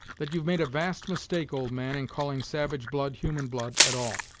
that you've made a vast mistake, old man, in calling savage blood human blood, at all.